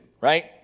right